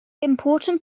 important